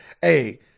hey